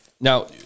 Now